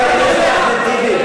אחמד טיבי,